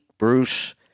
Bruce